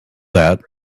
that